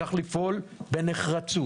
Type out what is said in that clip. צריך לפעול בנחרצות